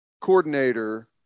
coordinator